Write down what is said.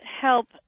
help